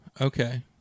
Okay